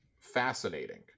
fascinating